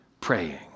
praying